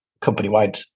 company-wide